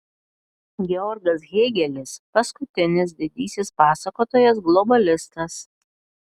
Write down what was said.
georgas hėgelis paskutinis didysis pasakotojas globalistas